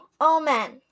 Amen